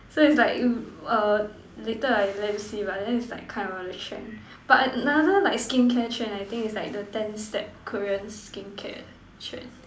so is like err later I let you see but then is like that kind of the trend but another like skincare trend I think is like the ten step Korean skincare trend